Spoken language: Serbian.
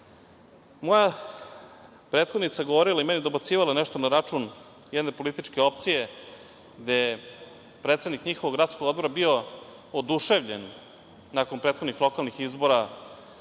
prethodnica je govorila i meni dobacivala nešto na račun jedne političke opcije, gde je predsednik njihovog gradskog odbora bio oduševljen nakon prethodnih lokalnih izbora